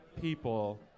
people